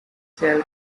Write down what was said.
cell